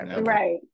right